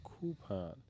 coupon